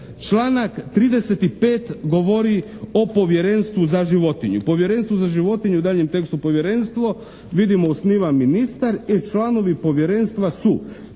Članak 35. govori o povjerenstvu za životinje, u daljnjem tekstu povjerenstvo vidimo osniva ministar i članovi povjerenstva su: